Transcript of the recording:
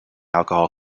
alcohol